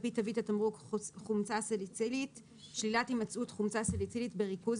על פי תווית התמרוק חומצה סליצילית שלילת הימצאות חומצה סליצילית בריכוז